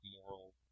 moral